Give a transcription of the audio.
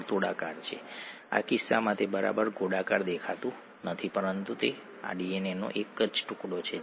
પદાર્થોનું કોષમાં કોષની બહાર વગેરે વગેરેમાં પરિવહન થાય છે